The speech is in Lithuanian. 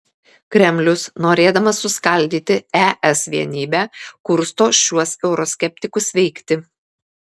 kremlius norėdamas suskaldyti es vienybę kursto šiuos euroskeptikus veikti